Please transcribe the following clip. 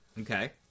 Okay